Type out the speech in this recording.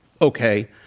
okay